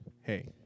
Hey